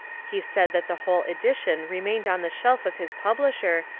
he said that the whole edition remained on the shelf of his publisher,